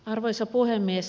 arvoisa puhemies